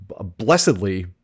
blessedly